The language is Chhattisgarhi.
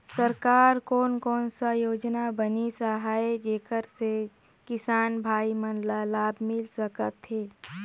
सरकार कोन कोन सा योजना बनिस आहाय जेकर से किसान भाई मन ला लाभ मिल सकथ हे?